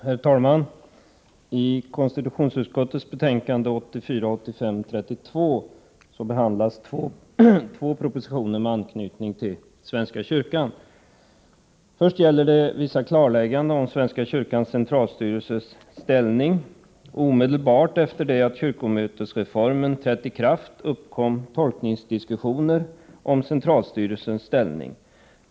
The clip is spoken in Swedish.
Herr talman! I konstitutionsutskottets betänkande 1984/85:32 behandlas två propositioner med anknytning till svenska kyrkan. Först gäller det vissa klarlägganden om svenska kyrkans centralstyrelses ställning. Omedelbart efter det att kyrkomötesreformen trätt i kraft uppkom tolkningsdiskussioner om centralstyrelsens ställning.